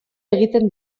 egiten